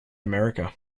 america